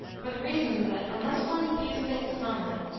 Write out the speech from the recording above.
for the reason that, unless one views things calmly,